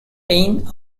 pain